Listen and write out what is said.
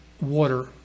water